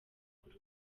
kuri